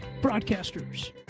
broadcasters